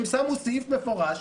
הם שמו סעיף מפורש